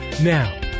Now